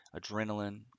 adrenaline